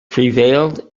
prevailed